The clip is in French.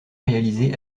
réalisé